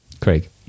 craig